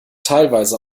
teilweise